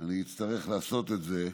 אני אצטרך לעשות את זה,